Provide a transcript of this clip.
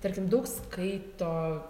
tarkim daug skaito